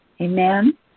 Amen